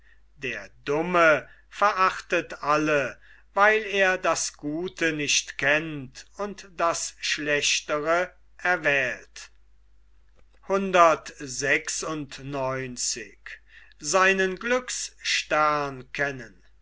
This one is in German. der dumme verachtet alle weil er das gute nicht kennt und das schlechtere erwählt